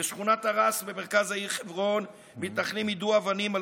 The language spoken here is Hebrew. בשכונת א-ראס במרכז העיר חברון מתנחלים יידו אבנים על